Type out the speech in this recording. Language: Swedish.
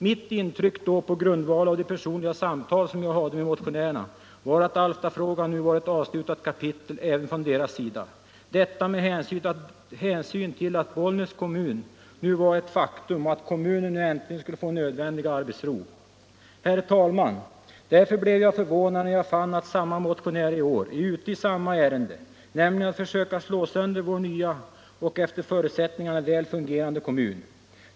Mitt intryck då, på grundval av de personliga samtal som jag hade med motionärerna, var att Alftafrågan nu var ett avslutat kapitel även från deras sida. Detta med hänsyn till att Bollnäs kommun nu var ett faktum och att kommunen äntligen skulle få nödvändig arbetsro. Herr talman! Jag blev därför förvånad när jag fann att samma motionärer i år är ute i samma ärende, nämligen att försöka slå sönder vår nya och efter förutsättningarna väl fungerande kommun.